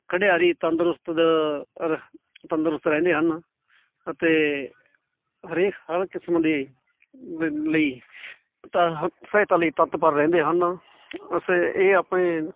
ਖਿਡਾਰੀ ਤੰਦਰੁਸਤ ਤੰਦਰੁਸਤ ਰਹਿੰਦੇ ਹਨ ਅਤੇ ਹਰੇਕ ਹਰ ਕਿਸਮ ਦੀ ਲਈ ਤਾਂ ਸਹਾਇਤਾ ਲਈ ਤਤਪਰ ਰਹਿੰਦੇ ਹਨ ਅਸੇ ਇਹ ਆਪਣੇ